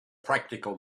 practical